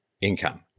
income